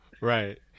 Right